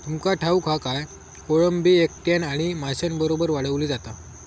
तुमका ठाऊक हा काय, कोळंबी एकट्यानं आणि माशांबरोबर वाढवली जाता